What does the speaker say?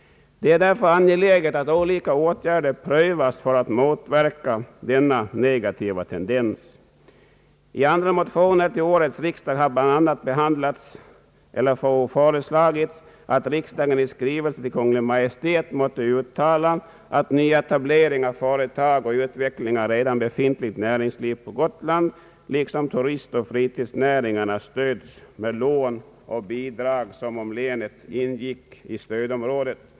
Det är därför angeläget att olika åtgärder prövas för att motverka denna negativa tendens. I andra motioner till årets riksdag har bl.a. föreslagits att riksdagen i skrivelse till Kungl. Maj:t måtte uttala att nyetablering av företag och utveckling av redan befintligt näringsliv på Gotland — liksom av turistoch fritidsnäringar — stöds med lån och bidrag som om länet ingick i det norra stödområdet.